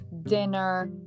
dinner